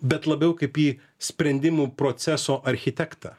bet labiau kaip į sprendimų proceso architektą